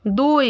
দুই